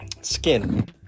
skin